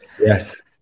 Yes